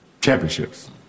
championships